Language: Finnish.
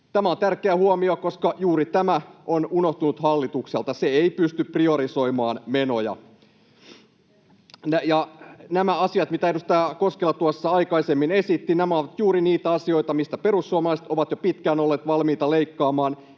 Tämä on tärkeä huomio, koska juuri tämä on unohtunut hallitukselta. Se ei pysty priorisoimaan menoja. Nämä asiat, mitä edustaja Koskela tuossa aikaisemmin esitti, ovat juuri niitä asioita, mistä perussuomalaiset ovat jo pitkään olleet valmiita leikkaamaan.